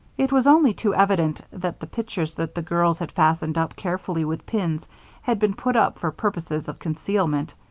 it was only too evident that the pictures that the girls had fastened up carefully with pins had been put up for purposes of concealment,